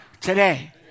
Today